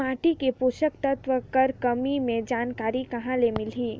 माटी मे पोषक तत्व कर कमी के जानकारी कहां ले मिलही?